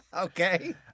Okay